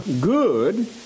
good